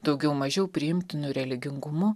daugiau mažiau priimtinu religingumu